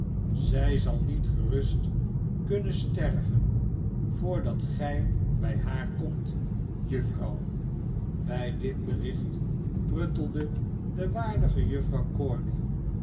zij zal niet gerust kunnen sterven voordat gij bij haar komt juffrouw bij dit bericht pruttelde de waardige